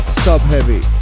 sub-heavy